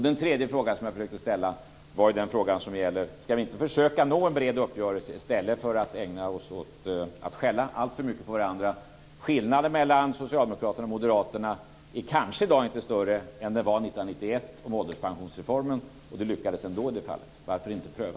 Den tredje frågan, som jag inte hann ställa, gäller detta: Ska vi inte försöka nå en bred uppgörelse i stället för att ägna oss åt att skälla alltför mycket på varandra? Skillnaden mellan Socialdemokraterna och Moderaterna är kanske inte större i dag än den var 1991 då det gällde ålderspensionsreformen, och det lyckades ändå i det fallet. Varför inte pröva?